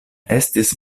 estis